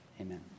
amen